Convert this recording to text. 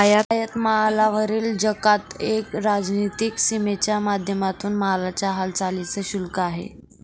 आयात मालावरील जकात एक राजनीतिक सीमेच्या माध्यमातून मालाच्या हालचालींच शुल्क आहे